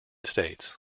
states